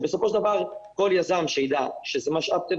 בסופו של דבר כל יזם ידע שזה משאב טבע